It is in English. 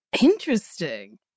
Interesting